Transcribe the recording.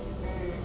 mm